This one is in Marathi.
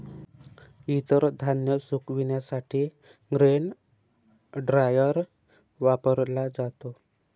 इतर धान्य सुकविण्यासाठी ग्रेन ड्रायर वापरला जातो